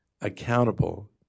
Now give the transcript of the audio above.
accountable